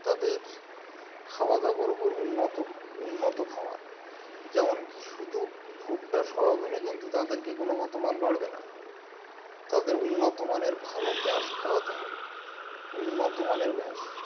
তাদের খাওয়া দাওয়ার উপর উন্নত উন্নত খাওয়ার যেমন কি শুধু ভুট্টা সোয়াবিনে কিন্তু তাদেরকে গুণগত মান বাড়বে না তাদের উন্নত মানের ভালো ম্যাশ খাওয়াতে হবে উন্নত মানের ম্যাশ